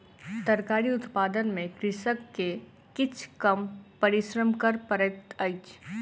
तरकारी उत्पादन में कृषक के किछ कम परिश्रम कर पड़ैत अछि